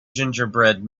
gingerbread